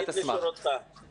שר ההשכלה הגבוהה והמשלימה,